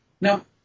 Now